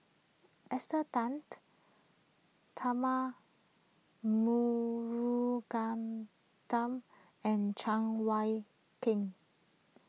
Esther Tan Tharman and Cheng Wai